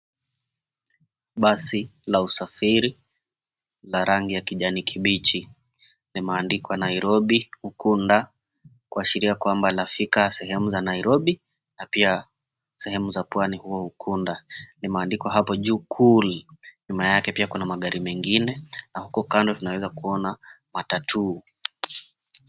Basi la usafiri la rangi ya kijane kibichi limeandikwa Nairobi ukunda kuashiria kwamba lafika sehemu za nairobi na pia sehemu za pwani ukunda na limeandikwa apo juu cool . Nyuma yake pia kuna magari mengine na uko kando tunaeza ona matatu.